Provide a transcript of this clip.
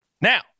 now